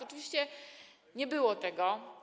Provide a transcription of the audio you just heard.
Oczywiście nie było tego.